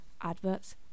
adverts